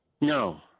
No